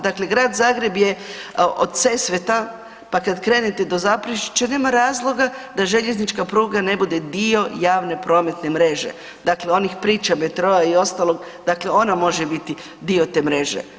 Dakle, grad Zagreb je od Sesveta pa kad krenete do Zaprešića, nema razloga da željeznička pruga ne bude dio javne prometne mreže, dakle onih priča metroa i ostalog, dakle ona može biti dio te mreže.